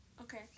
Okay